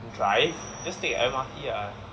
drive just take the M_R_T lah